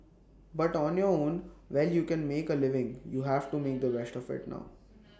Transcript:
but on your own well you can make A living you have to make the best of IT now